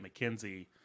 McKenzie